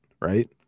right